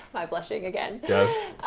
i blushing again? yes.